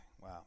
Wow